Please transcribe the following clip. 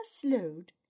slowed